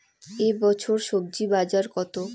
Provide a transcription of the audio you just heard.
এ বছর স্বজি বাজার কত?